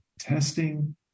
testing